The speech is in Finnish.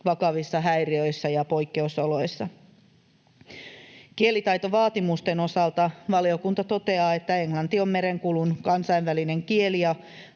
vakavissa häiriöissä ja poikkeusoloissa. Kielitaitovaatimusten osalta valiokunta toteaa, että englanti on merenkulun kansainvälinen kieli